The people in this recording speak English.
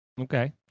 okay